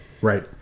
Right